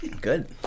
Good